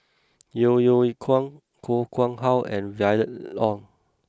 Yeo Yeow Kwang Koh Nguang How and Violet Oon